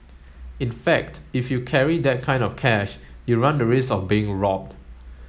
in fact if you carry that kind of cash you run the risk of being robbed